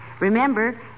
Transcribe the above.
Remember